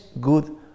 good